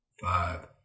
five